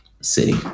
city